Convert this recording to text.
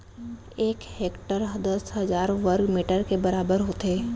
एक हेक्टर दस हजार वर्ग मीटर के बराबर होथे